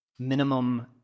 minimum